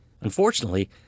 Unfortunately